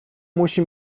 musi